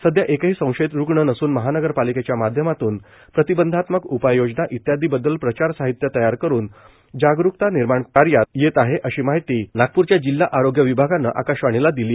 सध्या एकही संशयीत रुग्ण नसून महानगरपालिकेच्या माध्यमातून प्रतिबंधात्मक उपाययोजना इत्यादी बद्दल प्रचार साहित्य तयार करून जागरूकता निर्माण करण्यात येत आहे अशी माहिती नागपूरच्या जिल्हा आरोग्य विभागाने आकाशवाणीला दिली